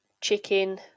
chicken